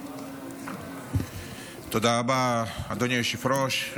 תודה רבה, אדוני היושב-ראש.